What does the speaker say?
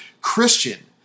Christian